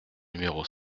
numéro